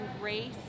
race